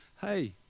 hey